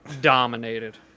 Dominated